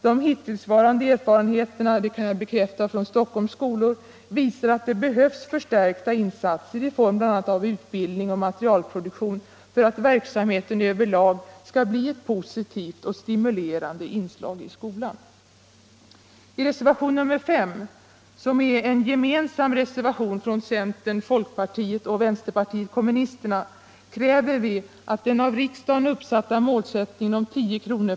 De hittillsvarande erfarenheterna — det kan jag bekräfta från Stockholms skolor — visar att det behövs förstärkta insatser i form av bl.a. utbildning och materialproduktion för att verksamheten överlag skall bli ett positivt och stimulerande inslag i skolan. :. I reservationen 5, som är en gemensam reservation från centern, folkpartiet in och vänsterpartiet kommunisterna, kräver vi att det av riksdagen uppsatta målet om 10 kr.